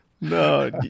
No